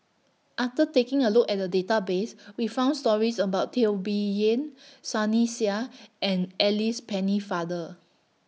after taking A Look At The Database We found stories about Teo Bee Yen Sunny Sia and Alice Pennefather